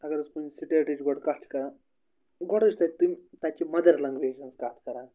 اگر حظ کُنہِ سِٹیٹٕچ گۄڈٕ کَتھ چھِ کَران گۄڈٕ حظ چھِ تَتہِ تم تَتہِ چہِ مَدَر لنٛگویج ہٕنٛز کَتھ کَران